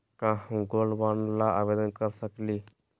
का हम gold bond ल आवेदन कर सकली?